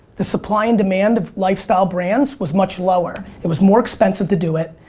the supply and demand of lifestyle brands was much lower. it was more expensive to do it.